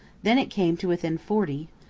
then it came to within forty,